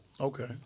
Okay